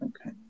Okay